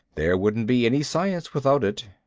there wouldn't be any science without it.